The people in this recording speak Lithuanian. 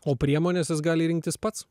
o priemones jis gali rinktis pats